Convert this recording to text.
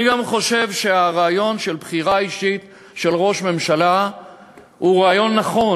אני גם חושב שהרעיון של בחירה אישית של ראש ממשלה הוא רעיון נכון.